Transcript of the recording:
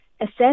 assess